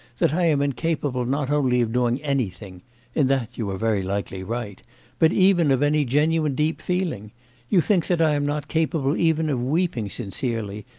that i am incapable not only of doing anything in that you are very likely right but even of any genuine deep feeling you think that i am not capable even of weeping sincerely,